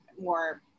more